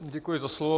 Děkuji za slovo.